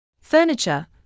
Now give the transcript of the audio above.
Furniture